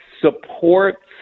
supports